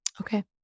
Okay